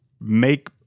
make